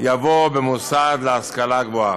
יבוא "במוסד להשכלה גבוהה".